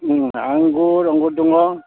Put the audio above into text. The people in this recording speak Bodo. आंगुर आंगुर दङ